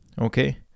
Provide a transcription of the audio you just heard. okay